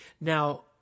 Now